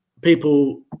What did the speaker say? people